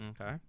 Okay